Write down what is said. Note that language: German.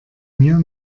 mir